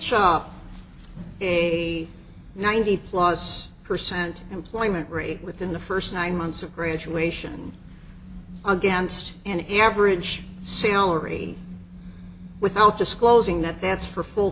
shop the ninety plus percent employment rate within the first nine months of graduation against any average salary without disclosing that that's for full